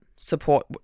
support